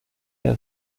der